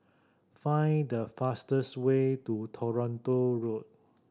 find the fastest way to Toronto Road